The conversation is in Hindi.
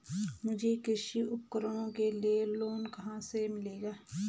मुझे कृषि उपकरणों के लिए लोन कहाँ से मिलेगा?